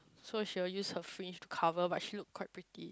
so she will use her fringe to cover but she look quite pretty